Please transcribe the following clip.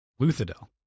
Luthadel